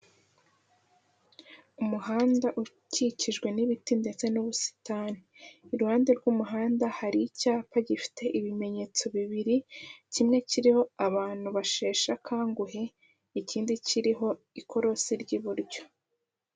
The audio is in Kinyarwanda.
Umuhanda ukikijwe n'ibiti ndetse n'ubusitani iruhande rw'umuhanda hari icyapa gifite ibimenyetso bibiri, kimwe kiririmoho abantu basheshe akanguhe ikindi kiriho ikorosi ry'iburyo.